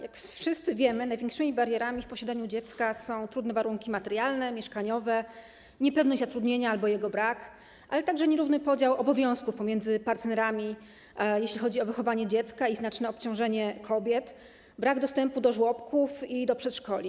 Jak wszyscy wiemy, największymi barierami posiadania dziecka są trudne warunki materialne, mieszkaniowe, niepewność zatrudnienia albo jego brak, ale także nierówny podział obowiązków pomiędzy partnerami, jeśli chodzi o wychowanie dziecka, znaczne obciążenie kobiet, brak dostępu do żłobków i przedszkoli.